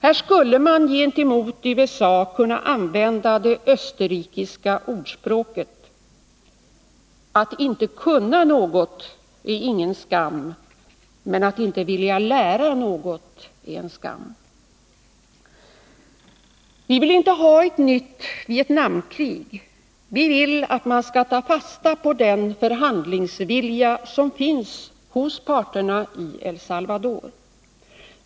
Här skulle man gentemot USA kunna använda det österrikiska ordspråket: ”Att inte kunna något är ingen skam, men att inte vilja lära något är en skam.” Vi vill inte ha ett nytt Vietnamkrig. Vi vill att man skall ta fasta på den förhandlingsvilja som finns hos parterna i El Salvador.